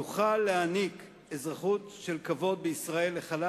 יוכל להעניק אזרחות של כבוד בישראל לחלל